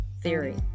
theory